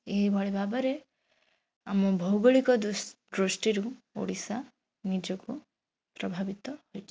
ଏହିଭଳି ଭାବରେ ଆମ ଭୌଗୋଳିକ ଦୃଷ୍ଟିରୁ ଓଡ଼ିଶା ନିଜକୁ ପ୍ରଭାବିତ